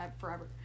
forever